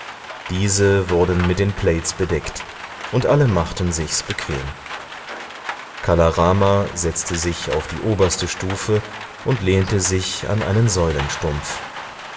diese wurden mit den plaids bedeckt und alle machten sich's bequem kala rama setzte sich auf die oberste stufe und lehnte sich an einen